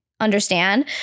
understand